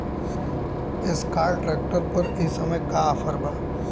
Escort tractor पर ए समय का ऑफ़र बा?